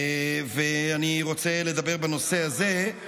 ואני רוצה לדבר בנושא הזה.